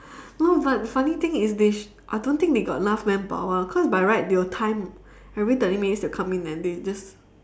no but funny thing is they I don't think they got enough manpower cause by right they will time every thirty minutes they will come in and they just